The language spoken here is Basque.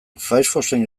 firefoxen